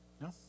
No